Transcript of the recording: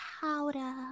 powder